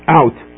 out